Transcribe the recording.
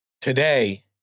today